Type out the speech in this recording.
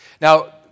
Now